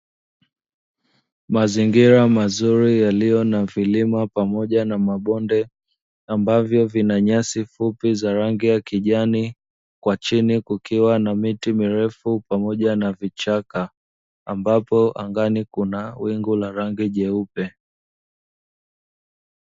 Mazingira mazuri yaliyo na vilima pamoja na mabonde ambavyo vina nyasi fupi za rangi ya kijani, kwa chini kukiwa na miti mirefu pamoja na vichaka ambapo angani kuna wingu la rangi nyeupe.